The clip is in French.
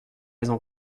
prises